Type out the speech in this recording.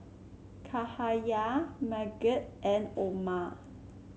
Cahaya Megat and Omar